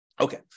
Okay